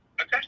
Okay